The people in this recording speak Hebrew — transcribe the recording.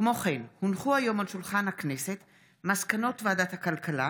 כמו כן הונחו היום על שולחן הכנסת מסקנות ועדת הכלכלה